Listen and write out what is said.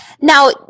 Now